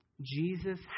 Jesus